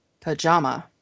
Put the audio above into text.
pajama